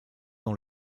dans